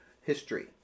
history